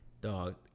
Dog